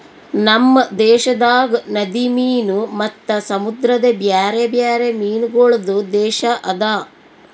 ನಮ್ ದೇಶದಾಗ್ ನದಿ ಮೀನು ಮತ್ತ ಸಮುದ್ರದ ಬ್ಯಾರೆ ಬ್ಯಾರೆ ಮೀನಗೊಳ್ದು ದೇಶ ಅದಾ